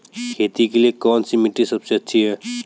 खेती के लिए कौन सी मिट्टी सबसे अच्छी है?